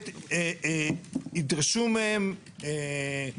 יהיה להם אינטרס לגבות ויגבו על זה כסף.